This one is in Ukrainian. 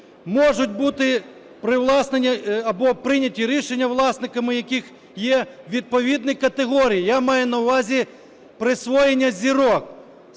або прийняті рішення власниками, яких вони є, відповідні категорії. Я маю на увазі, присвоєння зірок.